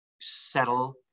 settle